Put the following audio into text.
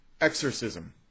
Exorcism